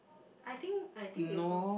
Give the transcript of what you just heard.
I think I think they follow